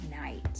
night